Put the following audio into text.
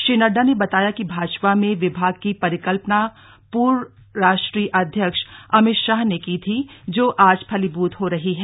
श्री नड्डा ने बताया कि भाजपा में विभाग की परिकल्पना पूर्व राष्ट्रीय अध्यक्ष अमित शाह ने की थी जो आज फलीभूत हो रही है